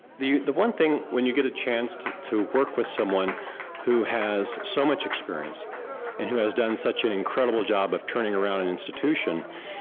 the the one thing when you get a chance to to work with someone who has so much experience and who has done such an incredible job of turning around an institution,